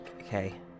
okay